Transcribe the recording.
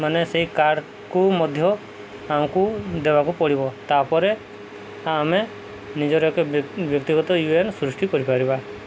ମାନେ ସେଇ କାର୍ଡ୍କୁ ମଧ୍ୟ ଆମକୁ ଦେବାକୁ ପଡ଼ିବ ତାପରେ ଆମେ ନିଜର ଏକ ବ୍ୟକ୍ତିଗତ ୟୁ ଏ ଏନ୍ ସୃଷ୍ଟି କରିପାରିବା